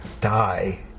die